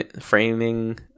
framing